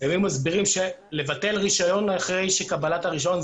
שהיו מסבירים שבטל רישיון אחרי קבלת הרישיון,